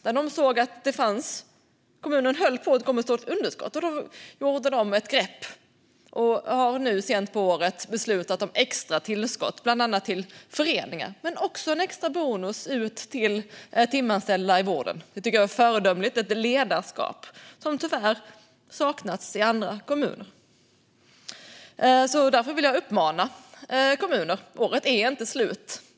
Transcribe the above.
De såg att kommunen höll på att gå med ett stort underskott. Då tog de ett grepp och har nu sent på året beslutat om extra tillskott till bland annat föreningar men också en extra bonus till timanställda i vården. Det tycker jag är ett föredömligt ledarskap som tyvärr saknas i andra kommuner. Jag vill därför uppmana kommuner: Året är inte slut.